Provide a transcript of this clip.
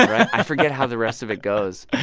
i forget how the rest of it goes